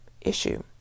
issue